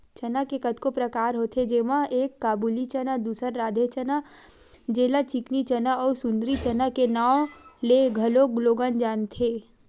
चना के कतको परकार होथे जेमा एक काबुली चना, दूसर राधे चना जेला चिकनी चना अउ सुंदरी चना के नांव ले घलोक लोगन जानथे